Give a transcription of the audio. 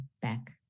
back